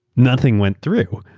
nothing went through.